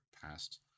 past